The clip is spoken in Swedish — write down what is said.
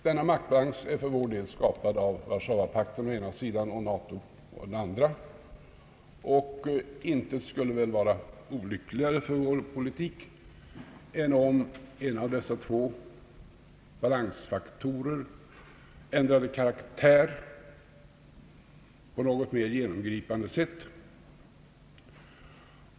Denna maktbalans är för vår del skapad av Warszawapakten å ena sidan och NATO å andra sidan. Ingenting skulle väl vara olyckligare för vår neutralitetspolitik än om den ena av dessa två balansfaktorer ändrade karaktär på något mera genomgripande sätt.